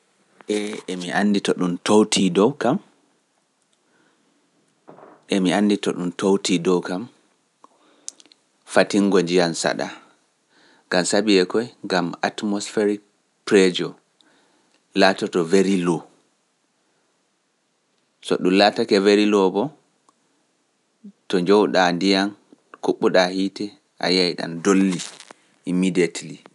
E emi anndi to ɗum towtii dow kam, emi anndi to ɗum towtii dow kam, fatingo ndiyam saɗa, gam sabi e koy? gam Atmosférik Pirejo laatoto veri low, so ɗum laatake verilo boo, to njowu ɗaa ndiyam kuɓɓu ɗaa hiite, a yiyai ɗan dolli, emidetili.